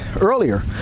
earlier